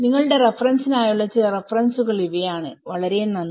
നിങ്ങളുടെ റഫറൻസിനായുള്ള ചില റഫറൻസുകൾ ഇവയാണ് വളരെ നന്ദി